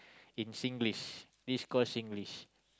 in Singlish this call Singlish